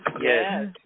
yes